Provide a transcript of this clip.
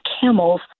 camels